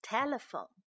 Telephone